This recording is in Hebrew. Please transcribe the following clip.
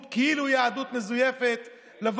תוך שהוא מחולל פרובוקציה,